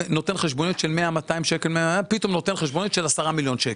חשבוניות של 100 ו-200 שקלים ופתאום נותן חשבונית ששל 10 מיליון שקלים.